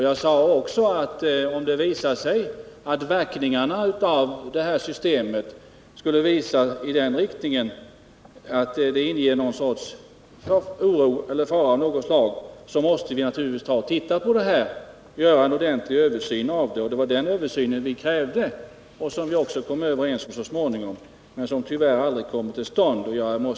Jag sade också, att om verkningarna av det här systemet skulle tendera att gå i den riktningen att det skulle inge oro — då måste vi naturligtvis titta på det hela och göra en ordentlig översyn. Det var den översynen vi krävde, och vi kom också så småningom överens om att den skulle utföras, men den kom tyvärr aldrig till stånd.